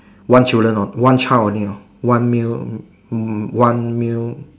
one children orh one child only orh one male mm one male